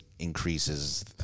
increases